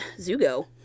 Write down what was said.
Zugo